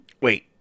Wait